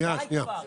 די כבר.